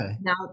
now